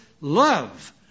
love